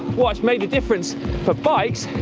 what's made the difference for bikes,